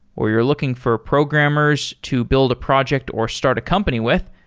or you're looking for programmers to build a project or start a company with,